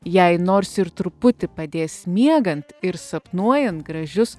jei nors ir truputį padės miegant ir sapnuojant gražius